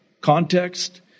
context